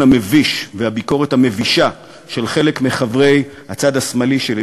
המביש והביקורת המבישה של חלק מחברי הצד השמאלי שלי,